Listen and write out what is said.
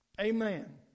Amen